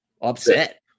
Upset